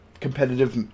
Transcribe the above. competitive